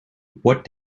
what